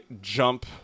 jump